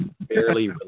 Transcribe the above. barely